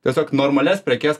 tiesiog normalias prekes